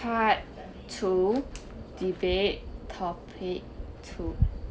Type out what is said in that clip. part two debate topic two